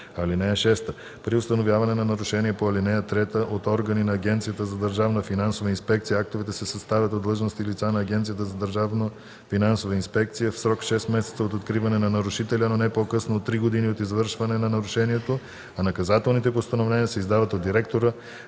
(6) При установяване на нарушения по ал. 3 от органи на Агенцията за държавна финансова инспекция актовете се съставят от длъжностни лица на Агенцията за държавна финансова инспекция в срок 6 месеца от откриване на нарушителя, но не по-късно от три години от извършване на нарушението, а наказателните постановления се издават от директора